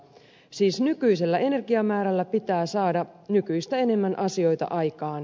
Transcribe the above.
siis nykyisellä energiamäärällä pitää saada nykyistä enemmän asioita aikaan